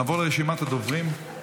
נעבור לרשימת הדוברים.